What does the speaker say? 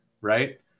right